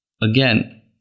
Again